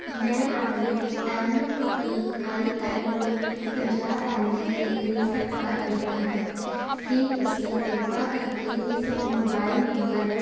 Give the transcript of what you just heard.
ਮੈਂ ਆਪਣੇ M P I N ਨੂੰ ਪੰਜਾਹ ਪੈਂਤੀ 'ਤੇ ਰੀਸੈਟ ਕਰ ਦਿੱਤਾ ਹੈ ਕੀ ਤੁਸੀਂ ਕਿਰਪਾ ਕਰਕੇ ਇਸ ਨੂੰ ਮੋਬਾਈਲ ਨੰਬਰ